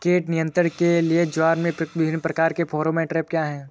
कीट नियंत्रण के लिए ज्वार में प्रयुक्त विभिन्न प्रकार के फेरोमोन ट्रैप क्या है?